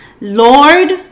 Lord